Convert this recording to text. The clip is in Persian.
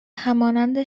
همانند